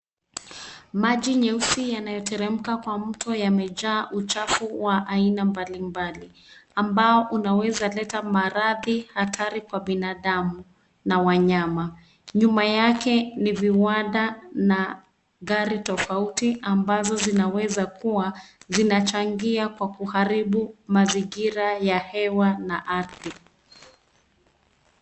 Maji nyeusi yanayotelemka kwa mto yamenjaa uchafu wa aina mbalimbali ambao unaweza leta maradhi hatari kwa binadamu na wanyama. Nyuma yake ni viwanda na gari tofauti ambazo zinaweza kuwa zinachangia kwa kuharibu mazingira ya hewa na ardhi.